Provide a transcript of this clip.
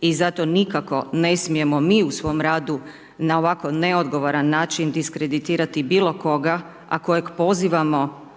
i zato nikako ne smijemo, mi u svom radu, na ovako neodgovoran način diskreditirati bilo koga, a kojeg pozivamo